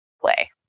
play